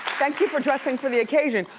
thank you for dressing for the occasion,